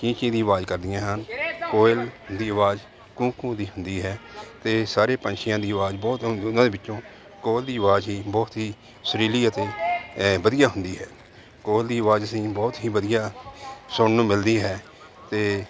ਚੀਂ ਚੀਂ ਦੀ ਆਵਾਜ਼ ਕਰਦੀਆਂ ਹਨ ਕੋਇਲ ਦੀ ਆਵਾਜ਼ ਕੂ ਕੂ ਦੀ ਹੁੰਦੀ ਹੈ ਅਤੇ ਸਾਰੇ ਪੰਛੀਆਂ ਦੀ ਆਵਾਜ਼ ਬਹੁਤ ਉਹਨਾਂ ਦੇ ਵਿੱਚੋਂ ਕੋਇਲ ਦੀ ਆਵਾਜ਼ ਹੀ ਬਹੁਤ ਹੀ ਸੁਰੀਲੀ ਅਤੇ ਵਧੀਆ ਹੁੰਦੀ ਹੈ ਕੋਇਲ ਦੀ ਆਵਾਜ਼ ਅਸੀਂ ਬਹੁਤ ਹੀ ਵਧੀਆ ਸੁਣਨ ਨੂੰ ਮਿਲਦੀ ਹੈ ਅਤੇ